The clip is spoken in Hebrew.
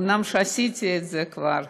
אף שעשיתי את זה כבר,